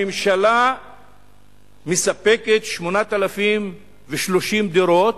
הממשלה מספקת 8,030 דירות,